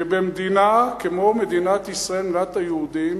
שבמדינה כמו מדינת ישראל, מדינת היהודים,